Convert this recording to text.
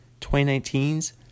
2019's